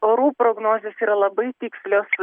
orų prognozės yra labai tikslios